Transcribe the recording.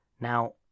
Now